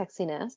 sexiness